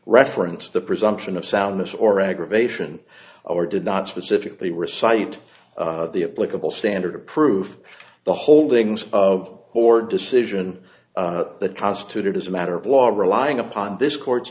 reference the presumption of soundness or aggravation or did not specifically recite the political standard of proof the holdings of or decision that constituted as a matter of law relying upon this court's